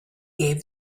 gave